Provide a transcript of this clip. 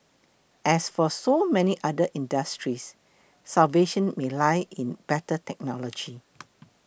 as for so many other industries salvation may lie in better technology